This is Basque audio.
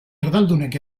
erdaldunek